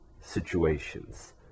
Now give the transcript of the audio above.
situations